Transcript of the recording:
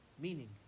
Meaning